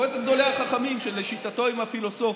מועצת גדולי החכמים, שלשיטתו הם הפילוסופים.